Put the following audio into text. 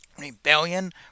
rebellion